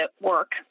work